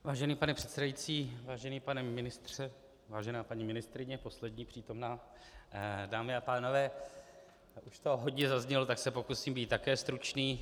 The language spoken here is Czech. Vážený pane předsedající, vážený pane ministře, vážená paní ministryně, poslední přítomná, dámy a pánové, už toho hodně zaznělo, tak se pokusím být také stručný.